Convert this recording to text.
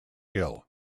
hill